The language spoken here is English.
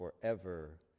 forever